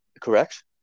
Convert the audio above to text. correct